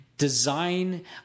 design